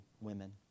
women